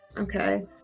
Okay